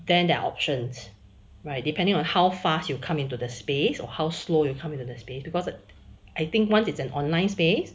then their options right depending on how fast you come into the space or how slow you come into the space because it I think once it's an online space